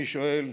אני שואל: